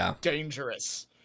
dangerous